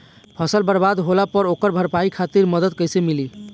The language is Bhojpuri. फसल बर्बाद होला पर ओकर भरपाई खातिर मदद कइसे मिली?